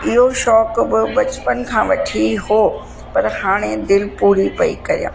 इहो शौक़ु बि बचपन खां वठी उहो पर हाणे दिलि पूरी पेई कया